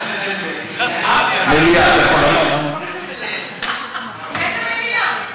מליאה, איזו מליאה?